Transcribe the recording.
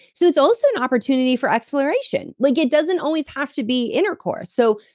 so it's also an opportunity for exploration. like it doesn't always have to be intercourse so,